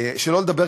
שלא לדבר,